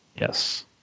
yes